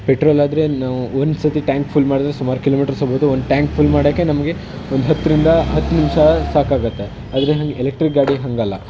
petrol ಆದರೆ ನಾವು ಒಂದು ಸರ್ತಿ ಟ್ಯಾಂಕ್ ಫುಲ್ ಮಾಡಿದ್ರೆ ಸುಮಾರು ಕಿಲೋಮೀಟರ್ಸ್ ಹೋಗ್ಬೋದು ಒಂದು ಟ್ಯಾಂಕ್ ಫುಲ್ ಮಾಡೋಕ್ಕೆ ನಮಗೆ ಒಂದು ಹತ್ತರಿಂದ ಹತ್ತು ನಿಮಿಷ ಸಾಕಾಗುತ್ತೆ ಆದರೆ ಹಂಗೆ ಎಲೆಕ್ಟ್ರಿಕ್ ಗಾಡಿ ಹಾಗಲ್ಲ